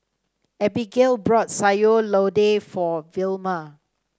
Abigayle brought Sayur Lodeh for Vilma